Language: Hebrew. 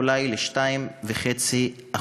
אולי, ל-2.5%.